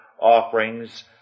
offerings